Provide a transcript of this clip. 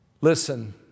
Listen